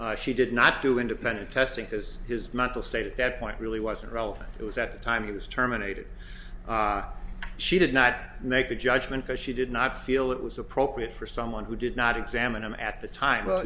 later she did not do independent testing because his mental state at that point really wasn't relevant it was at the time he was terminated she did not make a judgement because she did not feel it was appropriate for someone who did not examine him at the time